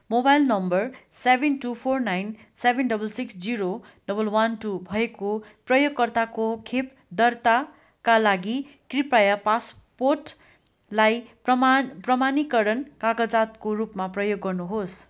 mobile number seven two four nine seven double six zero double one two भएको प्रयोगकर्ताको खोप दर्ताका लागि कृपया पासपोर्टलाई प्रमा प्रमाणीकरण कागजातको रूपमा प्रयोग गर्नुहोस्